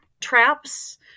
traps